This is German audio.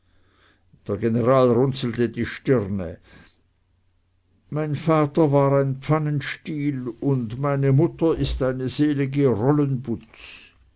der general runzelte die stirne mein vater war ein pfannenstiel und meine mutter ist eine selige